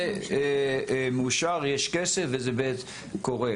זה מאושר, יש כסף וזה קורה.